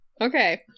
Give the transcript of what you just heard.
Okay